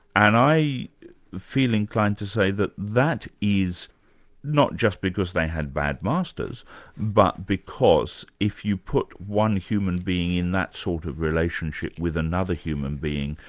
and i feel inclined to say that that is not just because they had bad masters but because if you put one human being in that sort of relationship with another human being,